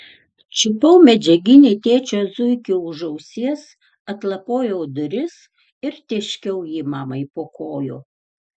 čiupau medžiaginį tėčio zuikį už ausies atlapojau duris ir tėškiau jį mamai po kojų